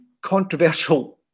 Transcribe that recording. controversial